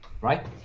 right